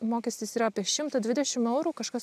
mokestis yra apie šimtą dvidešim eurų kažkas